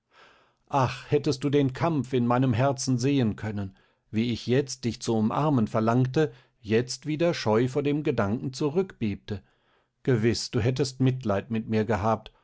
ach hättest du den kampf in meinem herzen sehen können wie ich jetzt dich zu umarmen verlangte jetzt wieder scheu vor dem gedanken zurückbebte gewiß du hättest mitleid mit mir gehabt